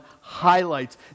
highlights